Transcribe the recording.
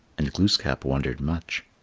and glooskap wondered much.